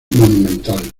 monumental